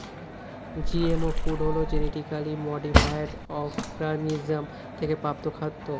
GMO food হলো genetically modified organism থেকে প্রাপ্ত খাদ্য